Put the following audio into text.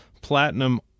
platinum